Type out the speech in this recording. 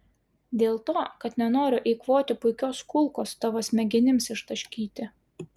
dėl to kad nenoriu eikvoti puikios kulkos tavo smegenims ištaškyti